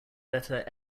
better